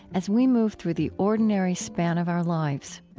as we move through the ordinary span of our lives